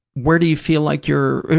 where do you feel like you're,